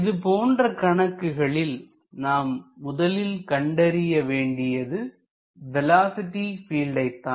இதுபோன்ற கணக்குகளில் நாம் முதலில் கண்டறிய வேண்டியது வேலோஸிட்டி பீல்ட்டை தான்